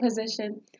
position